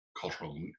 cultural